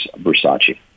Versace